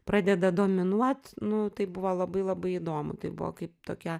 pradeda dominuot nu tai buvo labai labai įdomu tai buvo kaip tokia